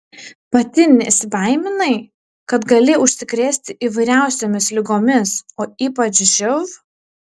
pati nesibaiminai kad gali užsikrėsti įvairiausiomis ligomis o ypač živ